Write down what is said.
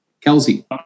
Kelsey